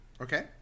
okay